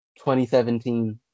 2017